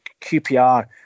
QPR